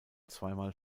zweimal